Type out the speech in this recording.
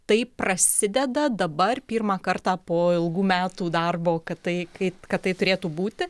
tai prasideda dabar pirmą kartą po ilgų metų darbo kad tai kai kad tai turėtų būti